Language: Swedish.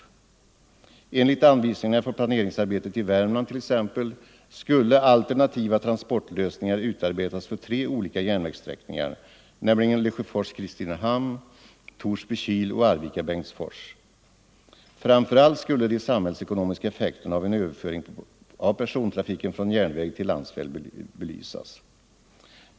Enligt anvisningarna för planeringsarbetet i t.ex. Värmland skulle alternativa transportlösningar utarbetas för tre olika järnvägssträckningar, nämligen Lesjöfors-Kristinehamn, Torsby-Kil och Arvika-Bengtsfors. Framför allt skulle de samhällsekonomiska effekterna av en överföring av persontrafiken från järnväg till landsväg belysas.